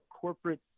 corporate